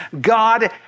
God